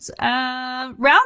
round